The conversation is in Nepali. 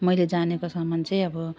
मैले जानेको सामान चाहिँ अब